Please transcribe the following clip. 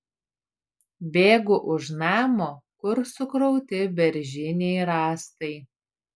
bėgu už namo kur sukrauti beržiniai rąstai